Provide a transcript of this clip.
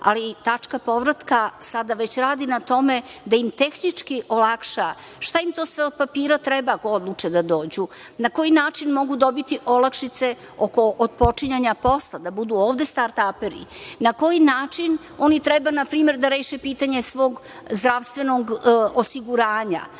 ali tačka povratka sada već radi na tome, da im tehnički olakša šta im to sve od papira treba ako odluče da dođu, na koji način mogu dobiti olakšice oko otpočinjanja posla, da budu ovde start-aperi, na koji način oni treba, na primer, da reše pitanje svog zdravstvenog osiguranja,